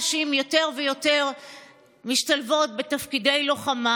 נשים יותר ויותר משתלבות בתפקידי לוחמה,